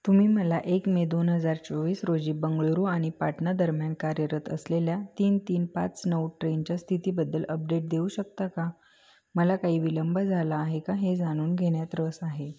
तुम्ही मला एक मे दोन हजार चोवीस रोजी बेंगळुरू आणि पाटणादरम्यान कार्यरत असलेल्या तीन तीन पाच नऊ ट्रेनच्या स्थितीबद्दल अपडेट देऊ शकता का मला काही विलंब झाला आहे का हे जाणून घेण्यात रस आहे